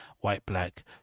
white-black